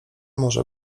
może